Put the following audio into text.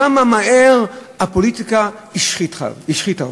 כמה מהר הפוליטיקה השחיתה אותך.